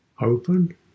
open